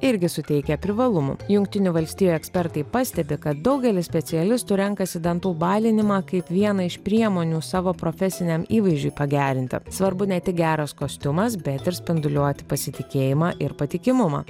irgi suteikia privalumų jungtinių valstijų ekspertai pastebi kad daugelis specialistų renkasi dantų balinimą kaip vieną iš priemonių savo profesiniam įvaizdžiui pagerinti svarbu ne tik geras kostiumas bet ir spinduliuoti pasitikėjimą ir patikimumą